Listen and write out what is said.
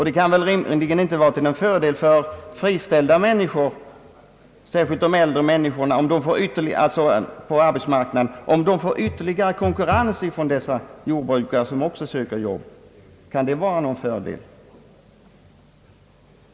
Det kan rimligen inte vara till någon fördel för de på arbetsmarknaden friställda människorna, särskilt de äldre, att få ytterligare konkurrens från dessa jordbrukare, som också måste söka arbete.